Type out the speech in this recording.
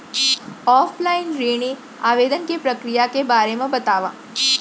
Offline ऋण आवेदन के प्रक्रिया के बारे म बतावव?